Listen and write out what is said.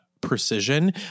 precision